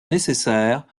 nécessaire